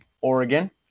Oregon